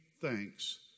thanks